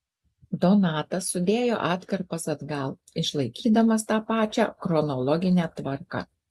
donatas sudėjo atkarpas atgal išlaikydamas tą pačią chronologinę tvarką